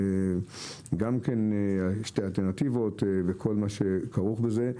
גם כן יש שתי אלטרנטיבות, וכל מה שכרוך בזה.